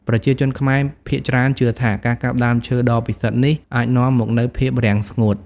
ប្រជាជនខ្មែរភាគច្រើនជឿថា ការកាប់ដើមឈើដ៏ពិសិដ្ឋនេះអាចនាំមកនូវភាពរាំងស្ងួត។